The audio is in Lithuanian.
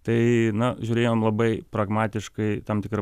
tai na žiūrėjom labai pragmatiškai tam tikra